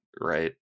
right